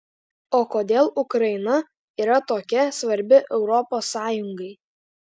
o kodėl ukraina yra tokia svarbi europos sąjungai